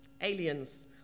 Aliens